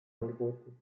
angeboten